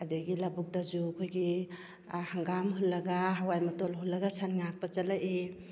ꯑꯗꯨꯗꯒꯤ ꯂꯧꯕꯨꯛꯇꯁꯨ ꯑꯩꯈꯣꯏꯒꯤ ꯍꯪꯒꯥꯝ ꯍꯨꯜꯂꯒ ꯍꯥꯋꯥꯏ ꯃꯇꯣꯜ ꯍꯨꯜꯂꯒ ꯁꯟ ꯉꯥꯛꯄ ꯆꯠꯂꯛꯏ